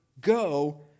go